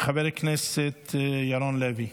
חבר הכנסת ירון לוי.